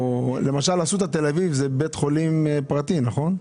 למשל אסותא תל אביב זה בית חולים פרטי, נכון?